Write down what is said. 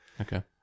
Okay